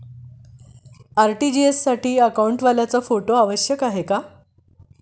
RTGS साठी अकाउंटवाल्याचा photo आवश्यक आहे का?